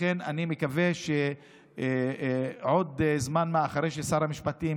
לכן אני מקווה שעוד זמן מה, אחרי ששר המשפטים